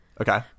Okay